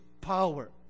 power